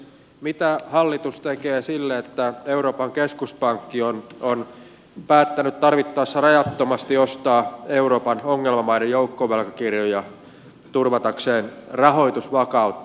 mitä hallitus tekee sille että euroopan keskuspankki on päättänyt tarvittaessa rajattomasti ostaa euroopan ongelmamaiden joukkovelkakirjoja turvatakseen rahoitusvakautta